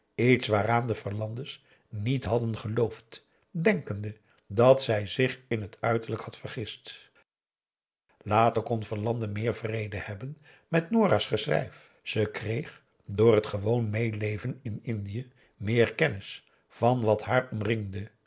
iets waaraan de verlande's niet hadden geloofd denkende dat zij zich in het uiterlijk had vergist later kon verlande meer vrede hebben met nora's geschrijf ze kreeg door het gewoon meeleven in indië meer kennis van wat haar omringde